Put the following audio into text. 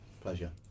Pleasure